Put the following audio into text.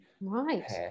right